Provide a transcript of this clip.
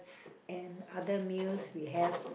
and other meals we have